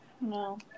No